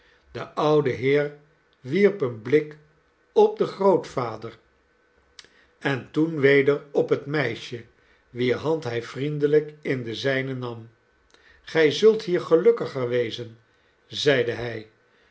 de oude heer wierp een blik op den grootvader en toen weder op het meisje wier hand hij vriendelijk in de zijne nam gij zult hier gelukkiger wezen zeide hij